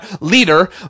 Leader